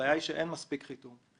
הבעיה היא שאין מספיק חיתום.